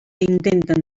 intenten